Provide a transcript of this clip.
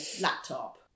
laptop